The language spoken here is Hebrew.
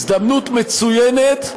הזדמנות מצוינת,